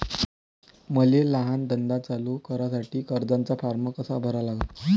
मले लहान धंदा चालू करासाठी कर्जाचा फारम कसा भरा लागन?